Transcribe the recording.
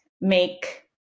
make